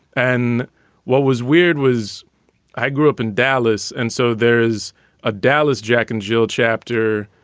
and what was weird was i grew up in dallas. and so there is a dallas jack and jill chapter,